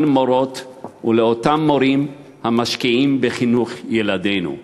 מורות ולאותם מורים המשקיעים בחינוך ילדינו.